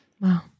Wow